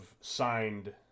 signed